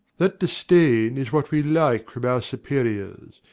that disdain is what we like from our superiors.